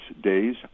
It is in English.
days